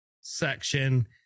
section